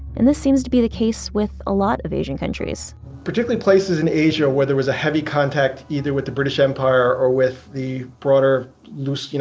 and this seems to be the case with a lot of asian countries particularly places in asia where there was a heavy contact either with the british empire or with the broader loose,